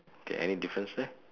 okay any difference there